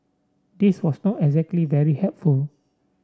this was not exactly very helpful